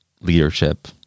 leadership